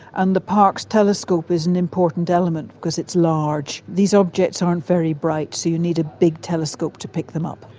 and the parkes telescope is an important element because it's large. these objects aren't very bright, so you need a big telescope to pick them up.